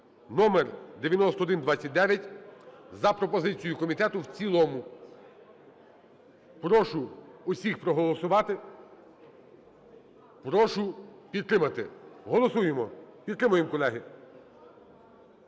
(№ 9129) за пропозицією комітету в цілому. Прошу усіх проголосувати, прошу підтримати. Голосуйте. Підтримуємо, колеги.